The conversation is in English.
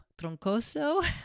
Troncoso